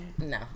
No